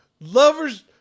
lovers